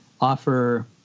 offer